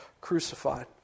crucified